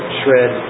shred